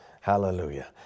Hallelujah